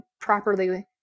properly